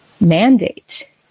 mandate